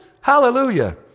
Hallelujah